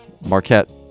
Marquette